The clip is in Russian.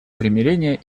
примирения